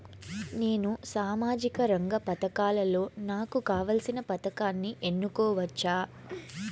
నేను సామాజిక రంగ పథకాలలో నాకు కావాల్సిన పథకాన్ని ఎన్నుకోవచ్చా?